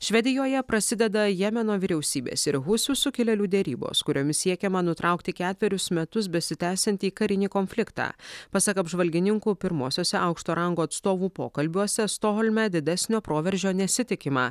švedijoje prasideda jemeno vyriausybės ir husių sukilėlių derybos kuriomis siekiama nutraukti ketverius metus besitęsiantį karinį konfliktą pasak apžvalgininkų pirmosiose aukšto rango atstovų pokalbiuose stokholme didesnio proveržio nesitikima